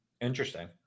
Interesting